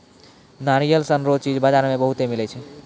नारियल सन रो चीज बजार मे बहुते मिलै छै